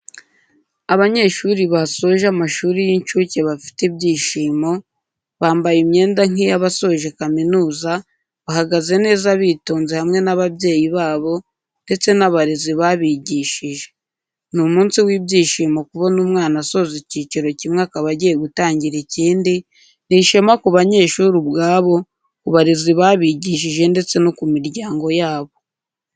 Abanyeshuri basoje amashuri y'incuke bafite ibyishimo, bambaye imyenda nk'iyabasoje kaminuza bahagaze neza bitonze hamwe n'ababyeyi babo ndetse n'abarezi babigishije ni umunsi w'ibyishimo kubona umwana asoza ikiciro kimwe akaba agiye gutangira ikindi, ni ishema ku banyeshuri ubwabo, ku barezi babigishije ndetse no ku miryango yabo.